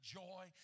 joy